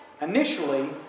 Initially